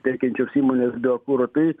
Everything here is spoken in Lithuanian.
teikiančios įmonės biokuru tai